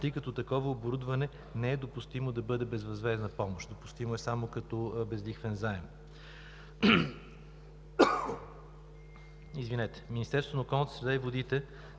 тъй като такова оборудване не е допустимо да бъде безвъзмездна помощ. Допустимо е само като безлихвен заем. Министерството на околната среда и водите